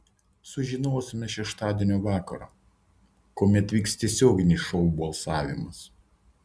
sužinosime šeštadienio vakarą kuomet vyks tiesioginis šou balsavimas